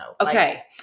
okay